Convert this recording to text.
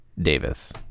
Davis